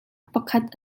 pakhat